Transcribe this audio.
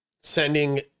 sending